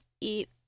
eat